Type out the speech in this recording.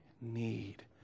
need